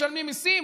משלמים מיסים,